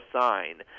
sign